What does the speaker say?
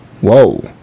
Whoa